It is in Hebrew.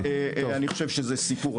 אבל אני חושב שזה סיפור אחר.